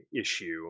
issue